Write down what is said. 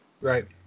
Right